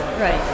Right